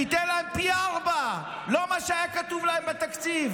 תיתן להם פי ארבעה, לא מה שהיה כתוב להם בתקציב.